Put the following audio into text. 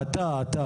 אתה, אתה.